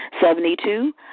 Seventy-two